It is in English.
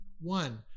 One